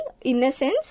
innocence